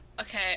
Okay